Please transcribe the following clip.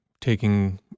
taking